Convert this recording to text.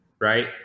right